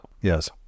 Yes